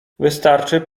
wystarczy